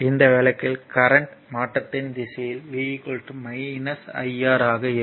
இந்த வழக்கில் கரண்ட் மாற்றத்தின் திசையில் V IR ஆக இருக்கும்